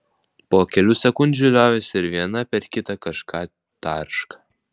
po kelių sekundžių liovėsi ir viena per kitą kažką tarška